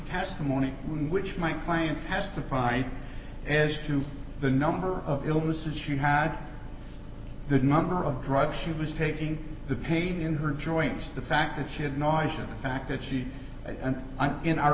testimony in which my client has defined as to the number of illnesses you had the number of drugs she was taking the pain in her joints the fact that she had noise of the fact that she and i'm in our